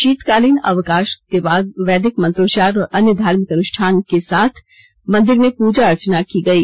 शीतकालीन अवकाश के बाद वैदिक मंत्रोच्चार और अन्य धार्मिक अनुष्ठान के साथ मंदिर में पूजा अर्चना की गई